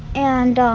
and ah.